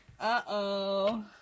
Uh-oh